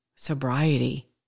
sobriety